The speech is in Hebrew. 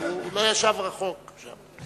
הוא לא ישב רחוק משם.